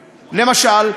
למשל,